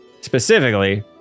Specifically